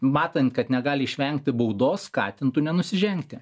matant kad negali išvengti baudos skatintų nenusižengti